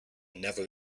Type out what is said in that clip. never